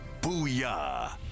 Booyah